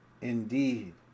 indeed